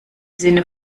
sinne